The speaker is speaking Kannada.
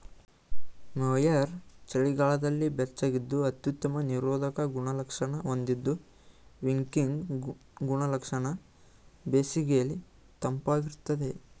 ಮೋಹೇರ್ ಚಳಿಗಾಲದಲ್ಲಿ ಬೆಚ್ಚಗಿದ್ದು ಅತ್ಯುತ್ತಮ ನಿರೋಧಕ ಗುಣಲಕ್ಷಣ ಹೊಂದಿದ್ದು ವಿಕಿಂಗ್ ಗುಣಲಕ್ಷಣ ಬೇಸಿಗೆಲಿ ತಂಪಾಗಿರ್ತದೆ